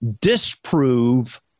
disprove